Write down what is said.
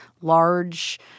large